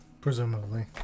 Presumably